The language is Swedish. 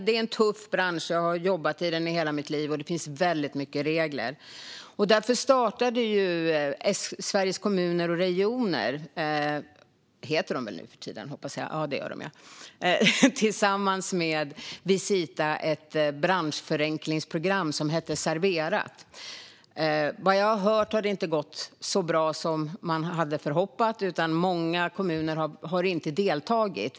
Det är en tuff bransch - jag har jobbat i den i hela mitt liv. Och det finns väldigt mycket regler. Därför startade Sveriges Kommuner och Regioner tillsammans med Visita ett branschförenklingsprogram som heter Serverat. Vad jag har hört har det inte gått så bra som man hade hoppats. Många kommuner har inte deltagit.